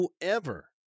Whoever